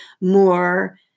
more